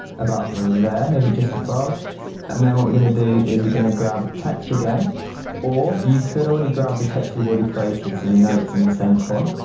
about there, maybe just above and then what we're going to do is we're going to grab text again or you could already grab the text you've already created, so you know it's in the same font,